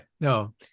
no